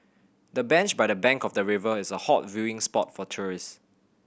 the bench by the bank of the river is a hot viewing spot for tourists